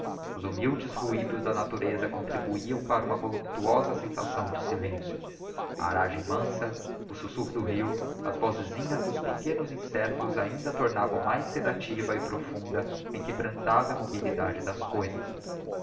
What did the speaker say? os humildes ruidos da natureza contribuíam para uma voluptuosa sensação de silencio a aragem mansa o sussurro do rio as vozesinhas dos pequeninos insectos ainda tornavam mais sedativa e profunda a inquebrantável immobilidade das coisas